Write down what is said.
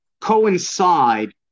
coincide